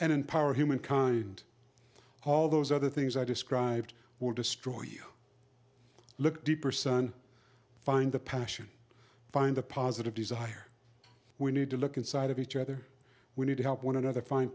empower humankind all those other things i described would destroy you look deeper son find the passion find the positive desire we need to look inside of each other we need to help one another find